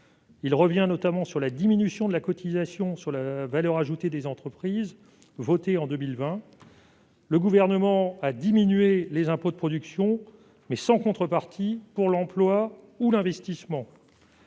de revenir sur la diminution de la cotisation sur la valeur ajoutée des entreprises votée en 2020. Le Gouvernement a réduit les impôts de production, mais sans contrepartie pour l'emploi ou l'investissement.